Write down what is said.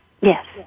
Yes